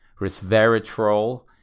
resveratrol